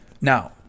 Now